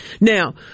Now